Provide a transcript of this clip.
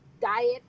diet